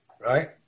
right